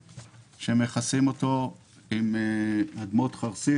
בשיקום המשמעות היא שמכסים אותו עם אדמות חרסית